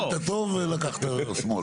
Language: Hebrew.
התחלת טוב ולקחת שמאלה.